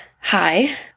hi